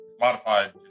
modified